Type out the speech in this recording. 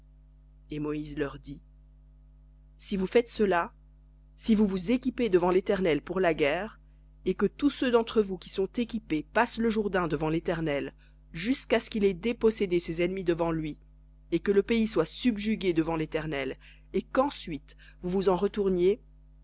et moïse leur dit si vous faites cela si vous vous équipez devant l'éternel pour la guerre et que tous ceux d'entre vous qui sont équipés passent le jourdain devant l'éternel jusqu'à ce qu'il ait dépossédé ses ennemis devant lui et que le pays soit subjugué devant l'éternel et qu'ensuite vous vous en retourniez